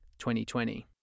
2020